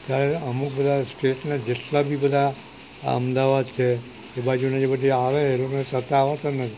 ત્યારે અમુક બધા સ્ટેટના જેટલા બી બધા આ અમદાવાદ છે એ બાજુના જે બધી આવે એ લોકોને તરતા આવડતું જ નથી